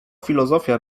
filozofia